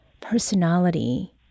personality